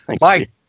Mike